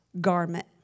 garment